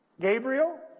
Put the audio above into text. Gabriel